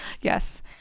Yes